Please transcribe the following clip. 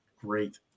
great